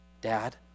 Dad